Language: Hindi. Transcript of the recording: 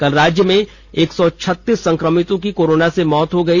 कल राज्य में एक सौ छत्तीस संक्रमितों की कोरोना से मौत हो गई